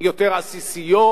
יותר עסיסיות,